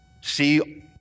see